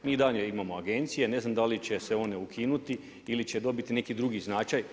Mi i dalje imamo agencije, ne znam da li će se one ukinuti ili će dobiti neki drugi značaj.